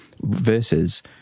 Versus